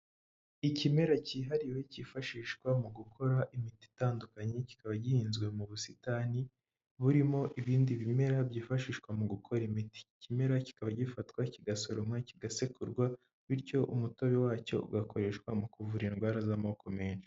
Ikimera cyihariye cyifashishwa mu gukora imiti itandukanye kikaba gihinzwe mu busitani, burimo ibindi bimera byifashishwa mu gukora imiti. Ikimera kikaba gifatwa kigasoromwa, kigasekurwa bityo umutobe wacyo ugakoreshwa mu kuvura indwara z'amoko menshi.